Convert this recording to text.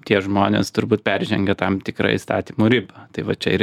tie žmonės turbūt peržengia tam tikrą įstatymų ribą tai va čia ir